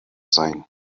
sein